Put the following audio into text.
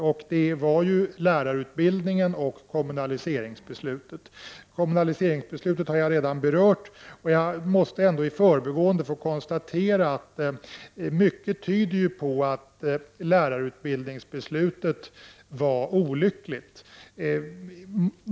Det gäller beslutet om lärarutbildning och kommunaliseringsbeslutet. Jag har redan tidigare berört kommunaliseringsbeslutet, men jag måste ändå i förbigående konstatera att det beslut som fattades om lärarutbildningen var olyckligt.